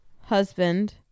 husband